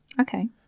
Okay